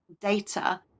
data